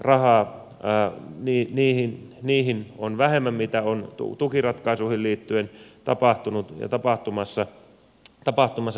rahaa niihin on vähemmän mitä on tukiratkaisuihin liittyen tapahtunut ja tapahtumassa